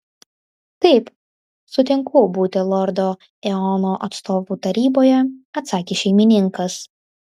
taip sutinku būti lordo eono atstovu taryboje atsakė šeimininkas